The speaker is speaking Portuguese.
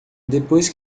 depois